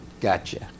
Gotcha